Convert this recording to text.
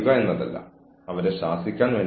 നിങ്ങൾ പറയും ഞാനത് ചെയ്യില്ല